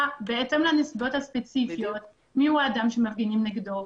בהתאם לנסיבות הספציפיות מי הוא האדם שמפגינים נגדו,